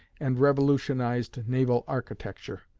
and revolutionized naval architecture.